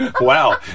Wow